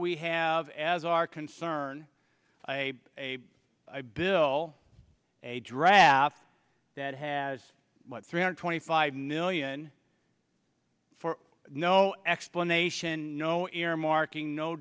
we have as our concern a i bill a draft that has much three hundred twenty five million for no explanation no earmarking no